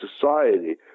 society